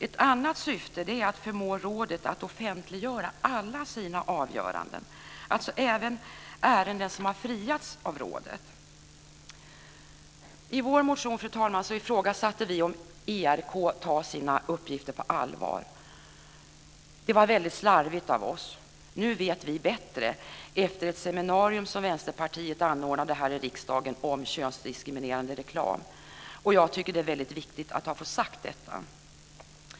Ett annat syfte är att förmå rådet att offentliggöra alla sina avgöranden, alltså även ärenden som har friats av rådet. I vår motion, fru talman, ifrågasatte vi om ERK tar sina uppgifter på allvar. Det var väldigt slarvigt av oss. Nu vet vi bättre efter ett seminarium som Vänsterpartiet anordnade här i riksdagen om könsdiskriminerande reklam. Jag tycker att det är väldigt viktigt att få detta sagt.